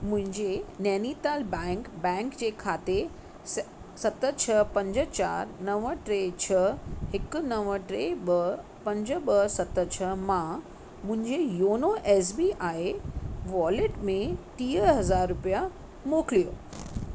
मुंहिंजे Nainital bank bank जे खाते सत छह पंज चारि नव टे छह हिकु नव टे ॿ पंज ॿ सत छह मां मुंहिंजे YONO S B I wallet में टीह हज़ार रुपया मोकिलियो